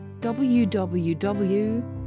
www